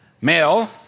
male